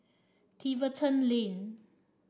Tiverton Lane